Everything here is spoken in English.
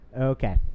Okay